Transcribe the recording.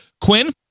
Quinn